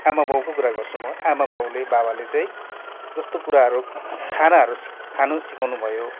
आमा बाउको कुरा गर्छु म आमा बाउले बाबाले चाहिँ जस्तो कुराहरू खानाहरू खानु सिकाउनुभयो